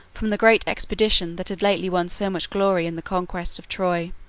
from the great expedition that had lately won so much glory in the conquest of troy